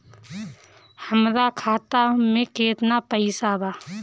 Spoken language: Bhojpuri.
हमरा खाता में केतना पइसा बा?